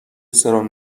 سرم